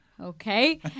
Okay